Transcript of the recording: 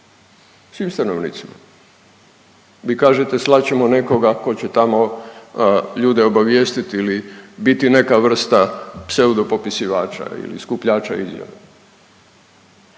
Svim stanovnicima. Vi kažete, slat ćemo nekoga tko će tamo ljude obavijestiti ili biti neka vrsta pseudopopisivača ili skupljača izjava.